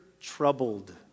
troubled